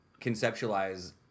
conceptualize